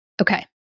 Okay